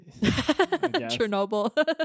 Chernobyl